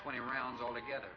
twenty rounds altogether